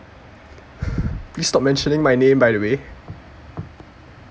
please stop mentioning my name by the way